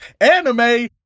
anime